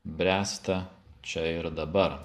bręsta čia ir dabar